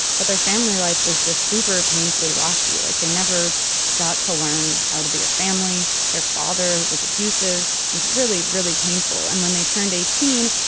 but their family life was just super, painfully rocky. like they never got to learn how to be a family. their father was abusive. it was really, really painful. and when they turned eighteen,